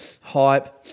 Hype